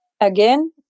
Again